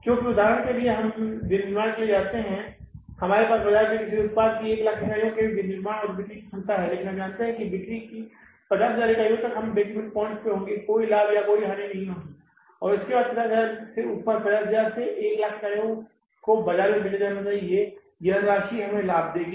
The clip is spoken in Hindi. क्योंकि उदाहरण के लिए हम विनिर्माण के लिए जा रहे हैं हमारे पास बाजार में किसी उत्पाद की 100000 इकाइयों के विनिर्माण और बिक्री की क्षमता है लेकिन हम जानते हैं कि बिक्री की 50000 इकाइयों तक हम ब्रेक ईवन बिंदु पर होंगे कोई लाभ या हानि नहीं और उसके बाद 50000 से ऊपर 50000 से 100000 इकाइयों को बाजार में बेचा जाना चाहिए यह राशि हमें लाभ देगी